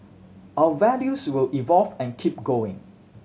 our values will evolve and keep going